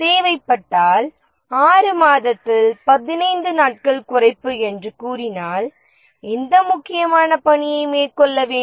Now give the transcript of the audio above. தேவைப்பட்டால் 6 மாத திட்டத்தில் 15 நாட்கள் குறைப்பு என்று கூறினால் எந்த முக்கியமான பணியை மேற்கொள்ள வேண்டும்